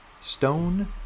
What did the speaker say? Stone